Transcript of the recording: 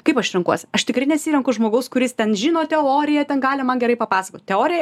kaip aš renkuosi aš tikrai nesirenku žmogaus kuris ten žino teoriją ten gali man gerai papasakot teorija